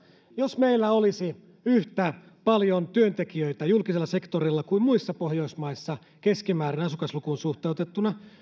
jos meillä olisi yhtä paljon työntekijöitä julkisella sektorilla kuin muissa pohjoismaissa keskimäärin asukaslukuun suhteutettuna